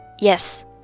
Yes